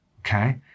Okay